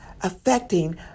affecting